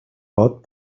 vot